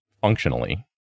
functionally